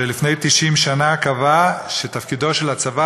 שלפני 90 שנה קבע שתפקידו של הצבא,